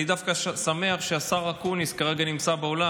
אני דווקא שמח שהשר אקוניס נמצא כרגע באולם.